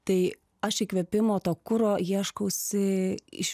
tai aš įkvėpimo to kuro ieškausi iš